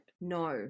No